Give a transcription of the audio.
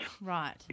right